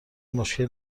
مشکلی